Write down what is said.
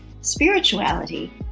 spirituality